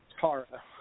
Tara